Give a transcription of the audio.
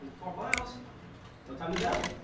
four miles, no time to dally!